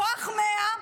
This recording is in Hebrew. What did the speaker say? כוח 100,